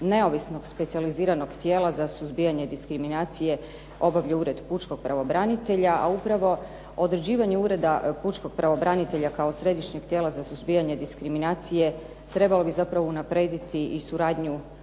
neovisno specijaliziranog tijela za suzbijanje diskriminacije obavlja Ured pučkog pravobranitelja, a upravo određivanje Ureda pučkog pravobranitelja kao središnjeg tijela za suzbijanje diskriminacije, trebalo bi zapravo unaprijediti i suradnju pučkog